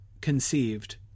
conceived